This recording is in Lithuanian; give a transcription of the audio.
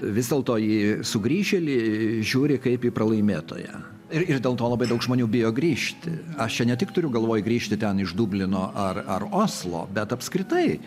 vis dėlto į sugrįžėlį žiūri kaip į pralaimėtoją ir ir dėl to labai daug žmonių bijo grįžti aš čia ne tik turiu galvoj grįžti ten iš dublino ar ar oslo bet apskritai